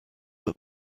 that